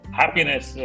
happiness